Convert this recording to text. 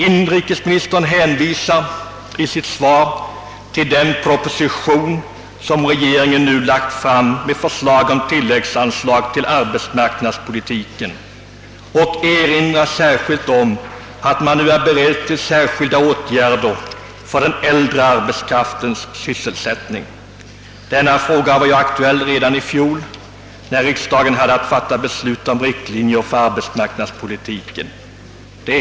Inrikesministern hänvisar i sitt svar till den proposition, som regeringen nu lagt fram med förslag om tilläggsanslag till arbetsmarknadspolitiken, och erinrar särskilt om att man nu är beredd att vidta särskilda åtgärder för den äldre arbetskraftens sysselsättning. Denna fråga var ju aktuell redan i fjol när riksdagen hade att fatta beslut om riktlinjer för arbetsmarknadspolitiken.